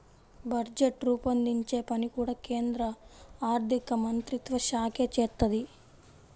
budget రూపొందించే పని కూడా కేంద్ర ఆర్ధికమంత్రిత్వశాఖే చేత్తది